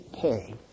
pay